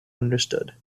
understood